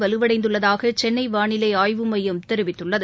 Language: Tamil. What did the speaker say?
வலுவடைந்துள்ளதாக சென்னை வானிலை ஆய்வு மையம் தெரிவித்துள்ளது